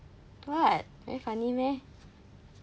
what very funny meh